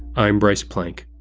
i'm bryce plank.